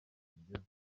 igeze